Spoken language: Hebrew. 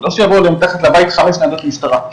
לא שיבואו אליהם מתחת לבית חמש ניידות משטרה,